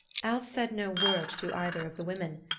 alv said no word to either of the women,